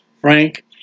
Frank